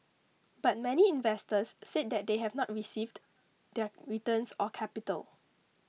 but many investors said that they have not received their returns or capital